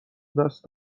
دست